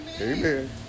Amen